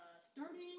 starting